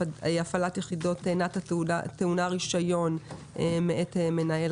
הפעלת יחידות נת"א טעונה רישיון מאת מנהל